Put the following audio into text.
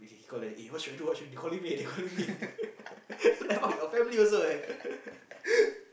he call then eh what should I do what should I do they calling me already they calling me already like what abang your family also leh